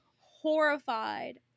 horrified